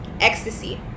Ecstasy